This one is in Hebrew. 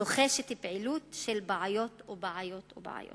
רוחשת פעילות של בעיות ובעיות ובעיות,